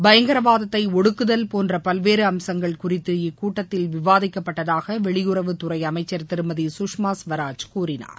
பயங்கரவாதத்தை ஒடுக்குதல் போன்ற பல்வேறு அம்சங்கள் குறித்து இக்கூட்டத்தில் விவாதிக்கப்பட்டதாக வெளியுறவுத்துறை அமைச்சா் திருமதி சுஷ்மா ஸ்வராஜ் கூறினார்